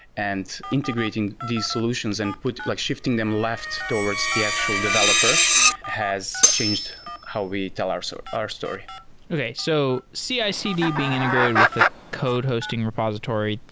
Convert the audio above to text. and integrating these solutions and like shifting them left towards the actual developer has changed how we tell our so our story okay. so cicd being integrated with the code hosting repository,